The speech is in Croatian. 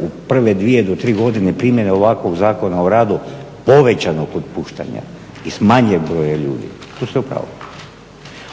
u prve dvije do tri godine primjene ovakvog Zakona o radu povećanog otpuštanja i smanjenim broja ljudi tu ste u pravu.